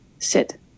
sit